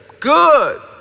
good